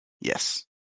Yes